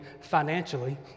financially